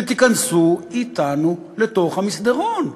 שתיכנסו אתנו לתוך המסדרון.